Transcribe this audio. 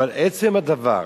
אבל עצם הדבר,